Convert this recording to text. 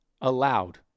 allowed